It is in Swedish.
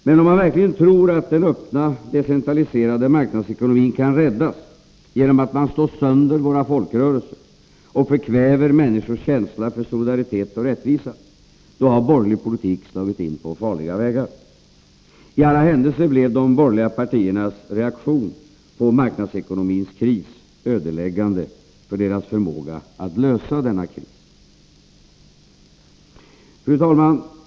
Men om man verkligen tror att den öppna, decentraliserade marknadsekonomin kan räddas genom att man slår sönder våra folkrörelser och förkväver människors känsla för solidaritet och rättvisa, då har borgerlig politik slagit in på farliga vägar. I alla händelser blev de borgerliga partiernas reaktion på marknadsekonomins kris ödeläggande för deras förmåga att lösa denna kris. Fru talman!